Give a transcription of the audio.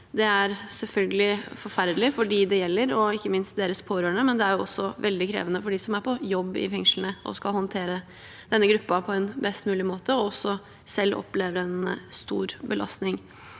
Det er selvfølgelig forferdelig for dem det gjelder, og ikke minst deres pårørende, men det er også veldig krevende for dem som er på jobb i fengslene, som skal håndtere denne gruppen på en best mulig måte, og som også selv opplever en stor belastning.